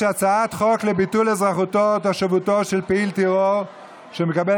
חוק לביטול אזרחותו או תושבותו של פעיל טרור שמקבל